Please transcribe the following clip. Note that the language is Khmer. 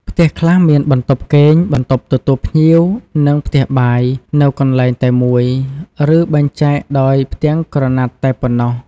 ផ្ទះខ្លះមានបន្ទប់គេង បន្ទប់ទទួលភ្ញៀវ និងផ្ទះបាយនៅកន្លែងតែមួយ ឬបែងចែកដោយផ្ទាំងក្រណាត់តែប៉ុណ្ណោះ។